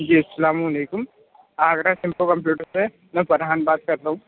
جی السّلام علیكم آگرہ كمپیوٹرسے میں فرحان بات کر رہا ہوں